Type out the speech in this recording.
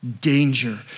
danger